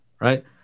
right